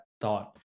thought